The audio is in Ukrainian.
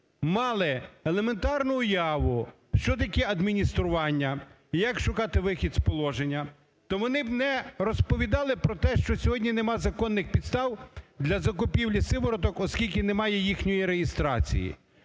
мали елементарну уяву, що таке адміністрування і як шукати вихід з положення, то вони б не розповідали про те, що сьогодні нема законних підстав для закупівлі сивороток, оскільки немає їхньої реєстрації.